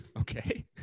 Okay